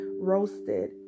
roasted